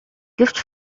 гэвч